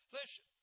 listen